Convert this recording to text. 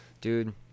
dude